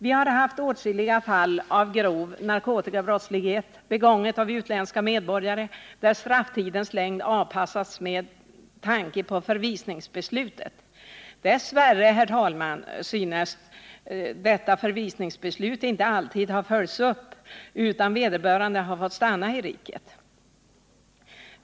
Vi har haft åtskilliga fall av grov narkotikabrottslighet begångna av utländska medborgare, där strafftidens längd har avpassats med tanke på förvisningsbeslutet. Dess värre, herr talman, synes dessa förvisningsbeslut inte alltid ha följts upp, utan vederbörande har fått stanna i riket.